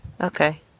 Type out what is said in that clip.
Okay